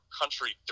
country